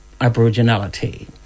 Aboriginality